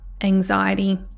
anxiety